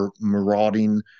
marauding